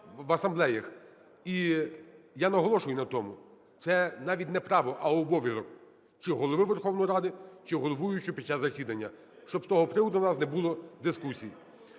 в асамблеях. І я наголошую на тому, це навіть не право, а обов'язок чи Голови Верховної Ради, чи головуючого під час засідання. Щоб з того приводу у нас не було дискусій.